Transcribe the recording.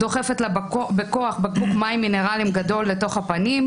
דוחפת לה בכוח בקבוק מים מינרליים גדול לתוך הפנים.